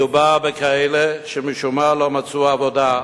מדובר בכאלה שמשום מה לא מצאו עבודה,